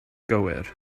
gywir